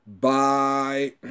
Bye